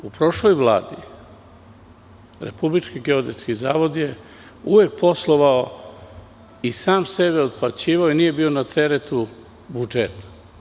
U prošloj Vladi Republički geodetski zavod je uvek poslovao i sam je sebe otplaćivao i nije bio na teretu budžeta.